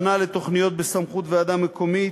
שנה לתוכניות בסמכות ועדה מקומית,